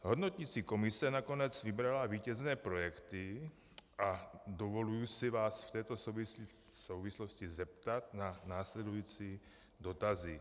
Hodnoticí komise nakonec vybrala vítězné projekty a dovoluji se vás v této souvislosti zeptat na následující dotazy: 1.